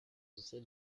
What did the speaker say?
social